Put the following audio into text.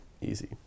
easy